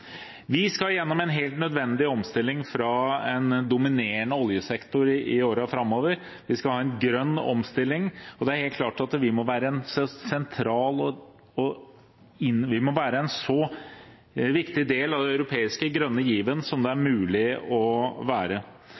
Vi skal gjennom en helt nødvendig omstilling fra en dominerende oljesektor i årene framover. Vi skal ha en grønn omstilling. Det er helt klart at vi må være en så viktig del av den europeiske grønne given som det er mulig å være.